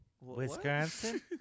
wisconsin